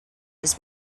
his